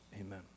Amen